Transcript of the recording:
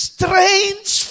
Strange